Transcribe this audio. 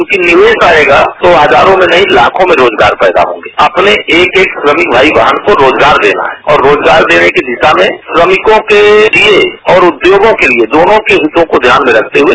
चूंकि निवेश आयेगा तो हजारों मे नहीं लाखों में रोजगार पैदा होगा अपने एक एक श्रमिक भाई बहन को रोजगार देना है और रोजगार देने की दिशा में श्रमिकों के लिये और उद्योगों के लिये दोनों के हितों को ध्यान में रखते हुए